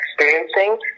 experiencing